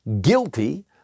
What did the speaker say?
guilty